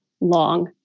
long